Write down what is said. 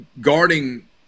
Guarding